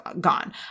gone